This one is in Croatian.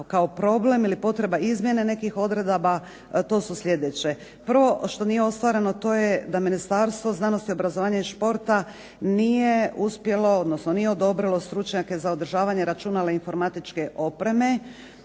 kao problem ili potreba izmjene nekih odredaba to su sljedeće. Prvo što nije ostvareno to je da Ministarstvo znanosti, obrazovanja i športa nije uspjelo, odnosno nije odobrilo stručnjake za održavanje računalne informatičke opreme,